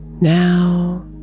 Now